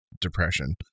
depression